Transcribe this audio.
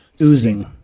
Oozing